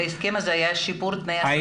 בהסכם הזה היה שיפור תנאי העסקה?